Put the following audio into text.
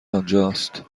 آنجاست